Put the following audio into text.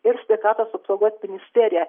ir sveikatos apsaugos ministerija